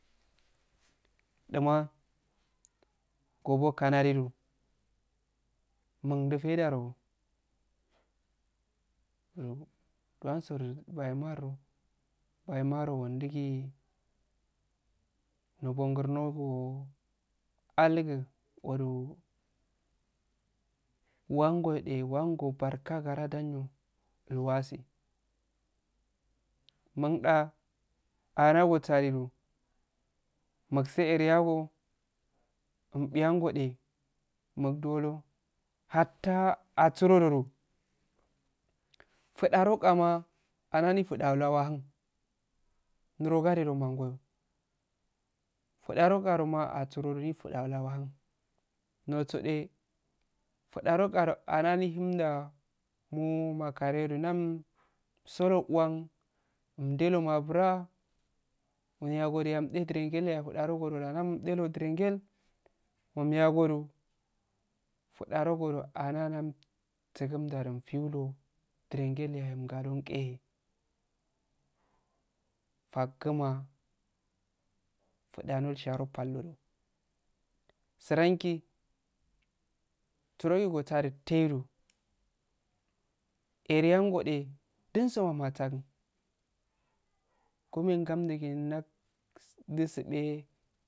Duma gobo isanadi du mundu faida rogo nduwansodu bahinnado mundu fairogo bahimaro sondugi nobo algiu wango yo eh wango barka gara danyyo iwagi mundda gara gotsalidu mulse eri ago mpi ango eh muduwolo hatta asuro do du fudaro isma sara difudaow la wahun niroo gade do mahgoyo fudaro isama ndifu dawo la wahum notsoeh fudaroqaro arari humda mo matssariyodu ndamsoro wah, mdelo mabra, emyagodu yamde duirengel imyagodu fudaron goro are dam sigemda du emfiulu derengel yahe emgaron ngi he fakquma fuda rasha nombal iodo siranki tsirogi kosa de taidu are ango eh dunsoma ma sagin komen gamdu gi ndadu sube